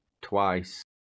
twice